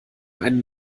einen